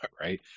right